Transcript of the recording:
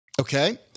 Okay